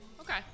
Okay